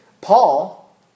Paul